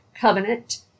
covenant